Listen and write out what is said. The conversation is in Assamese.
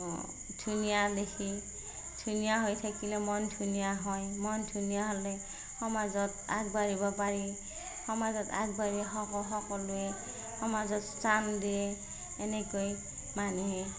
ধুনীয়া দেখি ধুনীয়া হৈ থাকিলে মন ধুনীয়া হয় মন ধুনীয়া হ'লে সমাজত আগবাঢ়িব পাৰি সমাজত আগবাঢ়ি সকলোৱে সমাজত স্থান দিয়ে এনেকৈ মানুহে